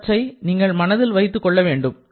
இவற்றை நீங்கள் மனதில் வைத்துக் கொள்ள வேண்டும்